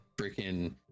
freaking